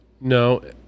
No